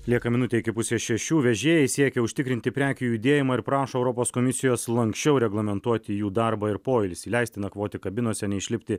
lieka minutė iki pusės šešių vežėjai siekia užtikrinti prekių judėjimą ir prašo europos komisijos lanksčiau reglamentuoti jų darbą ir poilsį leisti nakvoti kabinose neišlipti